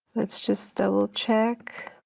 let's just double check.